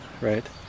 right